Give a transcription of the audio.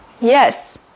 Yes